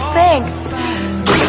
Thanks